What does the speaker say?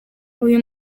uyu